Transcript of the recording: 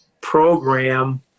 program